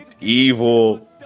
evil